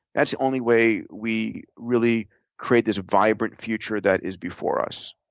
that's the only way we really create this vibrant future that is before us,